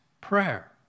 prayer